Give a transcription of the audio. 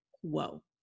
Whoa